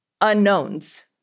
unknowns